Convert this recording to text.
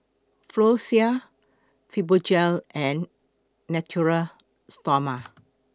Floxia Fibogel and Natura Stoma